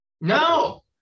No